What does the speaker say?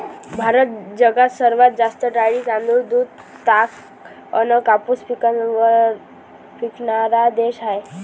भारत जगात सर्वात जास्त डाळी, तांदूळ, दूध, ताग अन कापूस पिकवनारा देश हाय